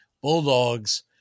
Bulldogs